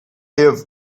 have